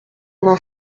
vingt